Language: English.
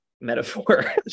metaphor